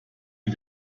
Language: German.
mit